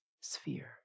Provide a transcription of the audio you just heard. sphere